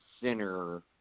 center